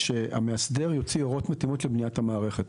שהמאסדר יוציא הוראות מתאימות לבניית המערכת.